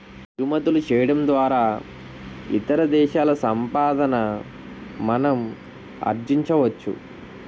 ఎగుమతులు చేయడం ద్వారా ఇతర దేశాల సంపాదన మనం ఆర్జించవచ్చు